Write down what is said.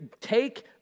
take